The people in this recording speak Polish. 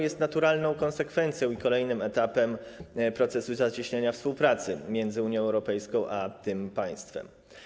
Jest naturalną konsekwencją i kolejnym etapem procesu zacieśniania współpracy między Unią Europejską a tym państwem.